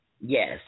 Yes